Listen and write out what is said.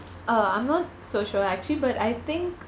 uh I'm not so sure actually but I think